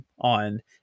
on